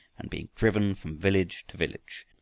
and being driven from village to village,